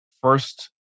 first